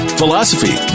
philosophy